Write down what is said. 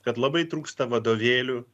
kad labai trūksta vadovėlių